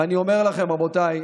ואני אומר לכם, רבותיי,